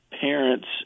parents